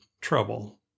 trouble